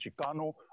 Chicano